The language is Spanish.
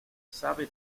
sabe